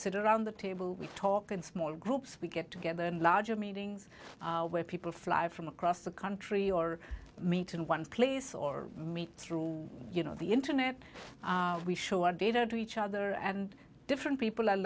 sit around the table we talk in small groups we get together in larger meetings where people fly from across the country or meet in one place or meet through you know the internet we show our data to each other and different people a